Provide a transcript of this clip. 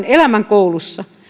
elämänkoulussa